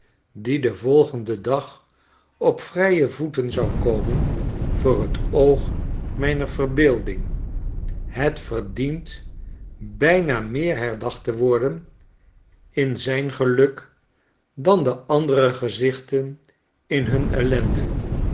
die den volgenden dag op vrije voeten zou komen voor t oog mijner verbeelding het verdient bijna meer herdachtte worden in zijn geluk dan de andere gezichten in hun ellende